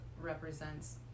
represents